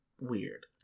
weird